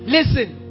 listen